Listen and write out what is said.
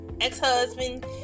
ex-husband